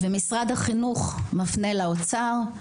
משרד החינוך מפנה לאוצר,